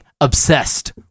Obsessed